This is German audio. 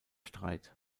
streit